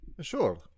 Sure